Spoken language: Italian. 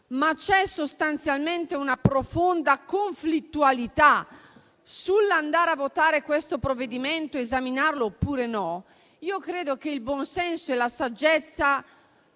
ma sostanzialmente una profonda conflittualità sull'andare a votare il provvedimento, sull'esaminarlo o meno. Io credo che il buonsenso e la saggezza